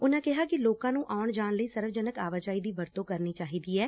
ਉਨੂਂ ਕਿਹਾ ਕਿ ਲੋਕਾਂ ਨੂੰ ਆਉਣ ਜਾਣ ਲਈ ਸਰਵਜਨਕ ਆਵਾਜਾਈ ਦੀ ਵਰਤੋਂ ਕਰਨੀ ਚਾਹੀਦੀ ਐ